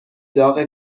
داغ